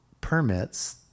permits